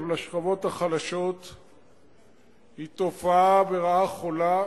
לשכבות החלשות היא תופעה ורעה חולה,